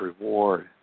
reward